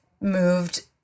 moved